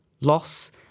loss